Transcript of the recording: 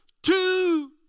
Two